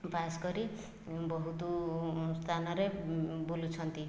pass କରି ବହୁତ ସ୍ଥାନରେ ବୁଲୁଛନ୍ତି